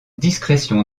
discrétion